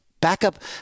backup